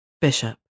Bishop